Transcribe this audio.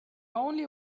only